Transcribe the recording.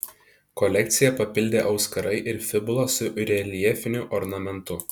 kolekciją papildė auskarai ir fibula su reljefiniu ornamentu